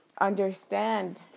understand